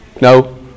No